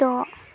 द